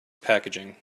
packaging